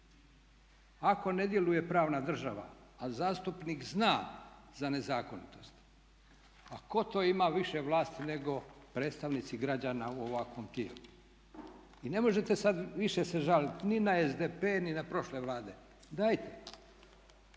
Ako ne djeluje pravna država, a zastupnik zna za nezakonitost, a tko to ima više vlasti nego predstavnici građana u ovakvom tijelu? I ne možete sad više se žaliti ni na SDP ni na prošle vlade, dajte